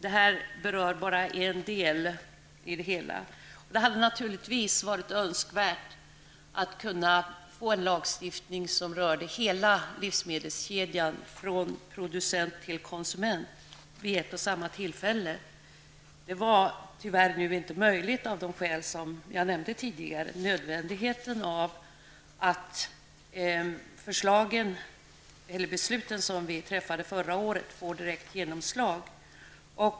En sådan berör bara en del i det hela, och det hade naturligtvis varit önskvärt att få en lagstiftning som rör hela livsmedelskedjan från producent till konsument vid ett och samma tillfälle. Det var nu tyvärr inte möjligt, av det skäl som jag nämnde tidigare, dvs. nödvändigheten av att de beslut som vi träffade förra året får direkt genomslag.